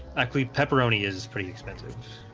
luckily pepperoni is pretty expensive.